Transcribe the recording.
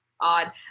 odd